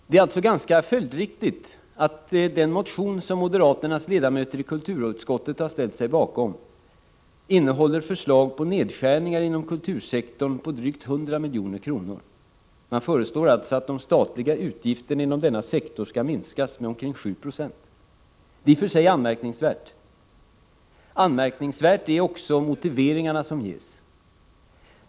Det är således ganska följdriktigt att den motion som moderaternas ledamöter i kulturutskottet har ställt sig bakom innehåller förslag på nedskärningar inom kultursektorn på drygt 100 miljoner. De föreslår alltså att de statliga utgifterna inom denna sektor skall minskas med ca 7 90. Detta är i sig anmärkningsvärt. Anmärkningsvärda är också de motiveringar som ges.